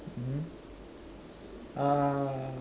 mmhmm ah